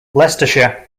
leicestershire